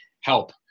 help